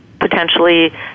potentially